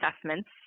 assessments